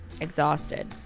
exhausted